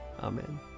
Amen